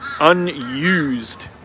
unused